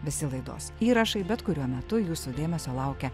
visi laidos įrašai bet kuriuo metu jūsų dėmesio laukia